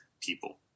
people